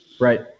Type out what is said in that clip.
Right